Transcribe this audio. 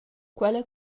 quella